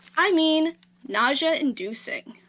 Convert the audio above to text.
i mean nausea inducing.